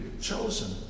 chosen